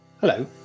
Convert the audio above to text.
Hello